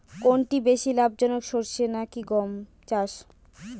কোনটি বেশি লাভজনক সরষে নাকি গম চাষ?